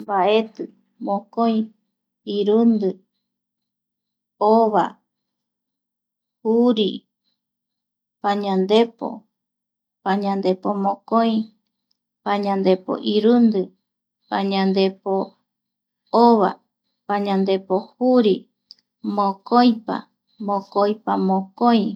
Mbaeti, mokoi, irundi, ova, juri, pañandepo, pañandepo mokoi pañandepo irundi, pañandepo ova, pañandepo juri, mokoipa, mokoipa mokoi,